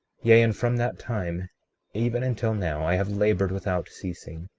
yea, and from that time even until now, i have labored without ceasing,